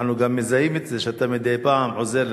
אנחנו גם מזהים את זה שאתה מדי פעם עוזר